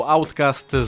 Outcast